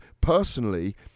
personally